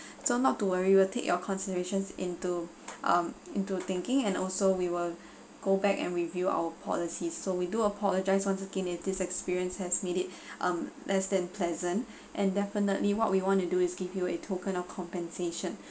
so not to worry will take your considerations into um into thinking and also we will go back and review our policies so we do apologise once again at this experience has made it um less than pleasant and definitely what we want to do is give you a token of compensation